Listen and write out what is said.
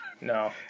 no